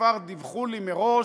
כבר דיווחו לי מראש,